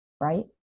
right